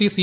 C C